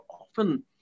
often